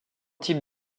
types